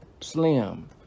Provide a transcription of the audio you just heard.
Slim